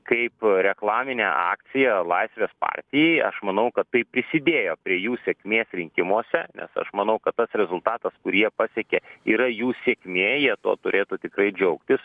kaip reklaminę akciją laisvės partijai aš manau kad tai prisidėjo prie jų sėkmės rinkimuose nes aš manau kad tas rezultatas kur jie pasiekė yra jų sėkmė jie tuo turėtų tikrai džiaugtis